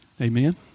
Amen